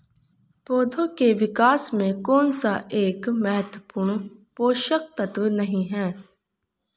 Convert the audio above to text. पौधों के विकास में कौन सा एक महत्वपूर्ण पोषक तत्व नहीं है?